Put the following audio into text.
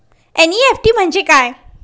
NEFT म्हणजे काय?